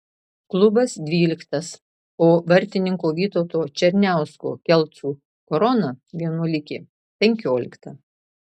klubas dvyliktas o vartininko vytauto černiausko kelcų korona vienuolikė penkiolikta